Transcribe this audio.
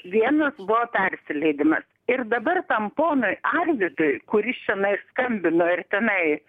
vienas buvo persileidimas ir dabar tam ponui arvydui kuris čionai skambino ir tenai